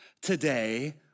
today